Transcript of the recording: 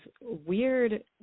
weird